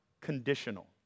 conditional